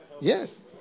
Yes